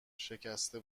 شکسته